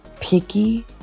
picky